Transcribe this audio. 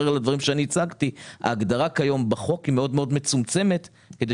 לדברים שאני הצגתי - ההגדרה כיום בחוק היא מאוד מאוד מצומצמת כדי